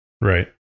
Right